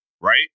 right